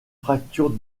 fracture